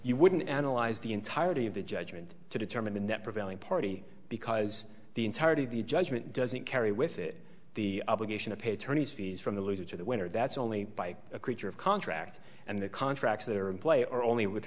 wouldn't analyze the entirety of the judgement to determine the net prevailing party because the entirety of the judgement doesn't carry with it the obligation to pay attorney's fees from the loser to the winner that's only by a creature of contract and the contracts that are in play are only with